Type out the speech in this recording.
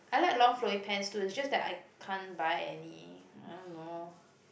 I like long flowing pants too it's just that I can't buy any I don't know